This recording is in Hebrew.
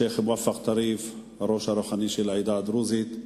שיח' מואפק טריף, הראש הרוחני של העדה הדרוזית,